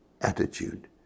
attitude